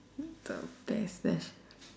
the test test